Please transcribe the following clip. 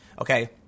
okay